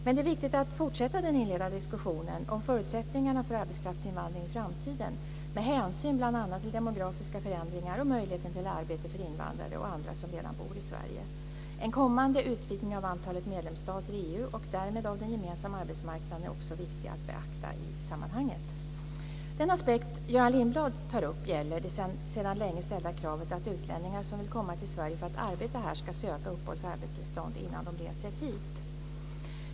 Men det är viktigt att fortsätta den inledda diskussionen om förutsättningarna för arbetskraftsinvandring i framtiden, med hänsyn bl.a. till demografiska förändringar och möjligheten till arbete för invandrare och andra som redan bor i Sverige. En kommande utvidgning av antalet medlemsstater i EU och därmed av den gemensamma arbetsmarknaden är också viktig att beakta i sammanhanget. Den aspekt Göran Lindblad tar upp gäller det sedan länge ställda kravet att utlänningar som vill komma till Sverige för att arbeta här ska söka uppehålls och arbetstillstånd innan de reser hit.